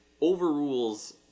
overrules